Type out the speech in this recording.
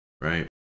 right